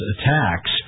attacks